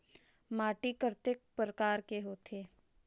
माटी कतेक परकार कर होथे?